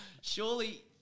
surely